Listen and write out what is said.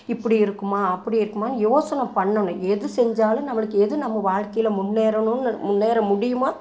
இப்படி இருக்குமா அப்படி இருக்கும்மானு யோசனை பண்ணோனும் எது செஞ்சாலும் நம்மளுக்கு எது நம்ம வாழ்க்கையில் முன்னேறணும்னு முன்னேற முடியுமா